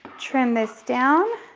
trim this down.